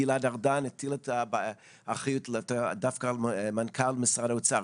גלען ארדן הטיל את האחריות דווקא על מנכ"ל משרד האוצר.